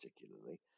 particularly